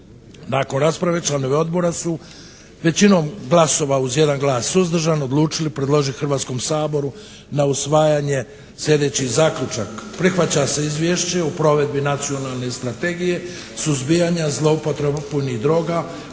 Nakon rasprave članovi Odbora su većinom glasova uz 1 glas suzdržan odlučili predložiti Hrvatskom saboru na usvajanje sljedeći zaključak: Prihvaća se izvješće u provedbi nacionalne strategije zloupotrebe opojnih droga